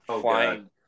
flying